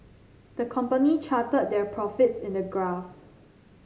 the company charted their profits in a graph